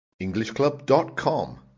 EnglishClub.com